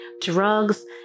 drugs